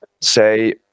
say